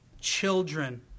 children